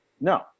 no